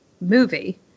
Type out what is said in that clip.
movie